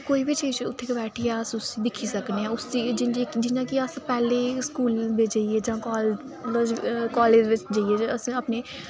कोई बी चीज उत्थै बैठियै दिक्खी सकनें आं जि'यां के अस स्कूलें जाइयै जां कालेज बिच जाइयै असें अपनें